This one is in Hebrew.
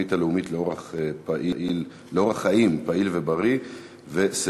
התוכנית הלאומית לאורח חיים פעיל ובריא וסירוב